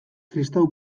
kristau